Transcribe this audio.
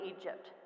Egypt